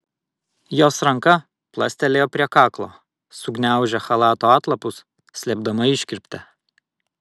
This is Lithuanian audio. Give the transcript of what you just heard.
jos ranka plastelėjo prie kaklo sugniaužė chalato atlapus slėpdama iškirptę